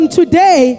today